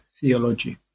theology